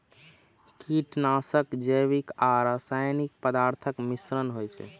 कीटनाशक जैविक आ रासायनिक पदार्थक मिश्रण होइ छै